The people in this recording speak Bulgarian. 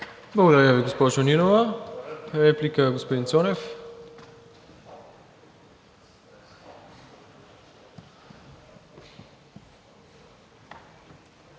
Благодаря Ви, госпожо Нинова. Реплика – господин Цонев.